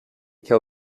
kill